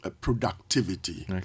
productivity